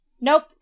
Nope